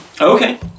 Okay